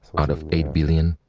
out of eight billion.